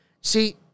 See